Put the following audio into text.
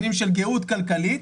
שנים של גאות כלכלית,